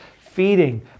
feeding